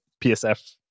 PSF